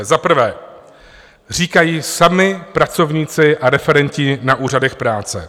Za prvé říkají sami pracovníci a referenti na úřadech práce: